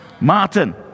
Martin